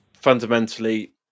fundamentally